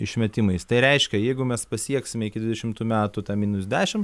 išmetimais tai reiškia jeigu mes pasieksime iki dvidešimtų metų tą minus dešim